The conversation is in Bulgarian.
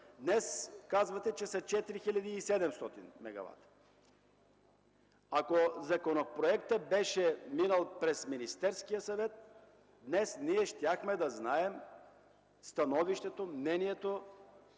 днес казвате, че са 4700 мегавата. Ако законопроектът беше минал през Министерския съвет, днес ние щяхме да знаем становището, мнението